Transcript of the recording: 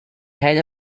head